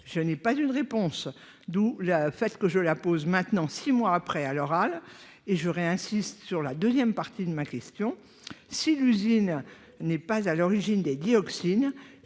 je n'ai pas eu de réponse, d'où la fais ce que je la pose maintenant 6 mois après, à l'oral, et j'aurai insiste sur la deuxième partie de ma question si l'usine n'est pas à l'origine des dioxines,